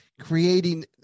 creating